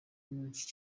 menshi